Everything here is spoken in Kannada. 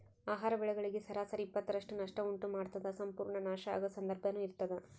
ಆಹಾರ ಬೆಳೆಗಳಿಗೆ ಸರಾಸರಿ ಇಪ್ಪತ್ತರಷ್ಟು ನಷ್ಟ ಉಂಟು ಮಾಡ್ತದ ಸಂಪೂರ್ಣ ನಾಶ ಆಗೊ ಸಂದರ್ಭನೂ ಇರ್ತದ